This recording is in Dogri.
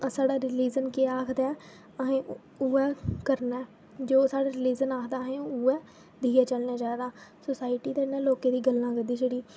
साढ़ा रिलिजन केह् आखदा ऐ अहें उ'ऐ करना ऐ जो साढ़ा रिलिजन आखदा ऐ अहें उ'ऐ लेइयै चलना चाहिदा सोसाइटी ते लोकें दी गल्लां करदी छड़ी